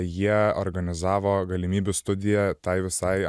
jie organizavo galimybių studiją tai visai